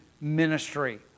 ministry